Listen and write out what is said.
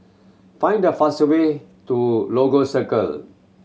find the faster way to Lagos Circle